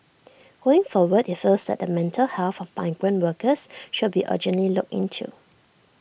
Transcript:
going forward he feels the mental health of migrant workers should be urgently looked into